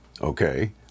Okay